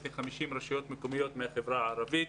ל-50 רשויות מקומיות מהחברה הערבית,